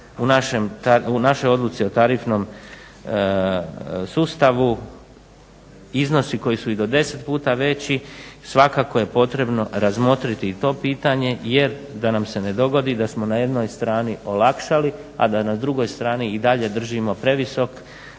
u našoj odluci o tarifnom sustavu iznosi koji su i do 10 puta veći, svakako je potrebno razmotriti i to pitanje jer da nam se ne dogodi da smo na jednoj strani olakšali a da na drugoj strani i dalje držimo previsoku